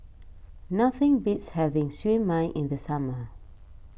nothing beats having Siew Mai in the summer